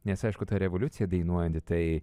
nes aišku ta revoliucija dainuojanti tai